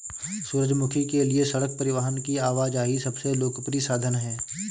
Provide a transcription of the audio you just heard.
सूरजमुखी के लिए सड़क परिवहन की आवाजाही सबसे लोकप्रिय साधन है